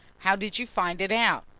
how did you find it out?